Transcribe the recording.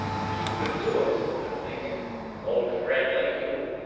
but you could do it, i'm thinking an old friend like you.